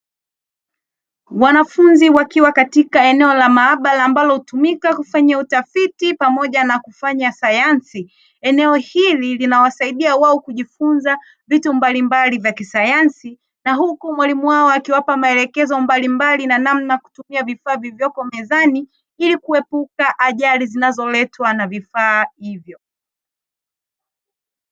Wanafunzi wakiwa katika eneo la maabara ambalo hutumika kufanyia utafiti, pamoja na kufanya sayansi. Eneo hili linawasaidia wao kujifunza vitu mbalimbali vya kisayansi, na huku mwalimu wao akiwapa maelekezo mbalimbali na namna ya kutumia vifaa vilivyopo mezani ili kuepuka ajali zinazoletwa na vifaa hivyo.